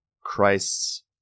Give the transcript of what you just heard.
Christ's